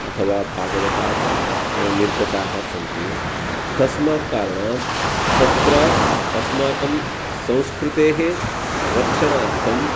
अथवा भागवतात् निर्गताः सन्ति तस्मात् कारणात् तत्र अस्माकं संस्कृतेः रक्षणार्थं